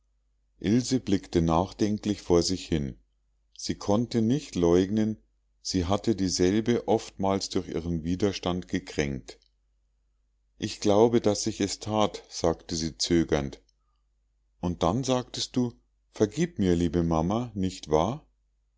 ilse blickte nachdenklich vor sich hin sie konnte nicht leugnen sie hatte dieselbe oftmals durch ihren widerstand gekränkt ich glaube daß ich es that sagte sie zögernd und dann sagtest du vergieb mir liebe mama nicht wahr